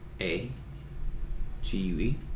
A-G-U-E